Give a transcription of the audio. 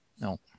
No